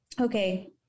okay